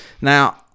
Now